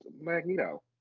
Magneto